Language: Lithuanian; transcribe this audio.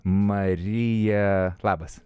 marija labas